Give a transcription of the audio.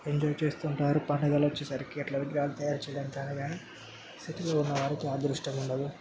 enjoy చేస్తుంటారు పండుగలు వచ్చేసరికి అట్లా విగ్రహాలు తయారు చేయడానికైనా కానీ సిటీలో ఉన్నవారికి ఆ అదృష్టం ఉండదు